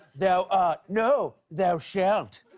thou art no! thou shalt.